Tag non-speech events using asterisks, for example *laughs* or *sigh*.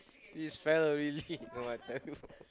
this fellow really *laughs* no I tell you *laughs*